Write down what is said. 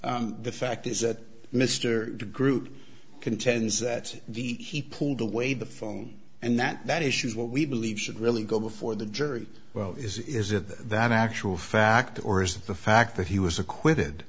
case the fact is that mr de groot contends that he pulled away the phone and that that issue is what we believe should really go before the jury well is it that actual fact or is the fact that he was acquitted